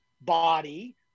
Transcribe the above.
body